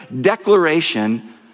declaration